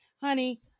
Honey